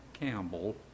Campbell